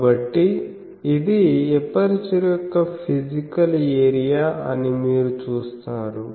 కాబట్టి ఇది ఎపర్చరు యొక్క ఫిజికల్ ఏరియా అని మీరు చూస్తారు